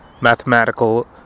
mathematical